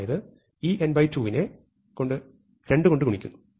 അതായത് ഈ n2 വിനെ കൊണ്ട് 2 കൊണ്ട് ഗുണിക്കുന്നു